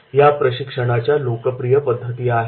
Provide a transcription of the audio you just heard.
या प्रशिक्षणाच्या लोकप्रिय पद्धती आहेत